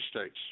States